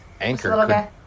anchor